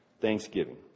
thanksgiving